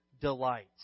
delights